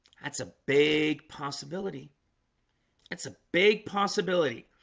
that's a big possibility that's a big possibility.